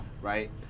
Right